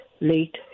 late